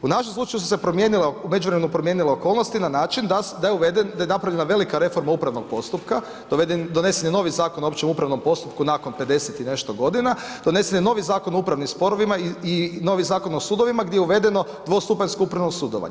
U našem slučaju su se u međuvremenu promijenile okolnosti, na način da je napravljena velika reforma upravnog postupka, donesen je novi Zakon o općem upravnom postupku, nakon 50 i nešto godina, donese je novi Zakon o upravnim sporovima i novi Zakon o sudovima, gdje je uvedeno dvostupanjsko upravno sudovanje.